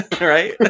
Right